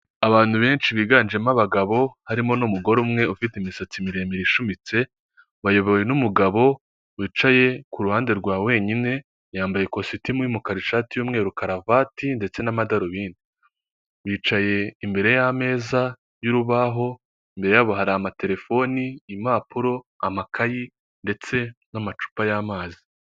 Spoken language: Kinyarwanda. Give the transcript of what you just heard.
Abantu benshi biganjemo abagabo harimo n'umugore umwe ufite imisatsi miremire ishumetse, bayobowe n'umugabo wicaye ku ruhande rwa wenyine, yambaye ikositimu y'umukara ishati y'umweru karuvati ndetse n'amadarubindi, bicaye imbere y'ameza y'urubaho, imbere yabo hari amaterefoni impapuro amakayi ndetse n'amacupa y'amazi.